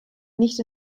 nicht